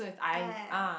ya ya ya